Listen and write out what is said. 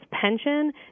pension